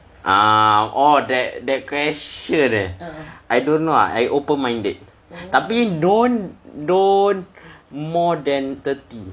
ah orh that that question eh I don't know eh I open minded tapi don't don't more than thirty